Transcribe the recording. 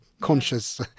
conscious